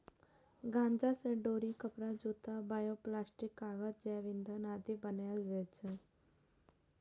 गांजा सं डोरी, कपड़ा, जूता, बायोप्लास्टिक, कागज, जैव ईंधन आदि बनाएल जाइ छै